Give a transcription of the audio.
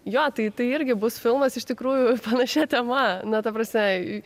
jo tai irgi bus filmas iš tikrųjų panašia tema na ta prasme tai